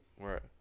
Right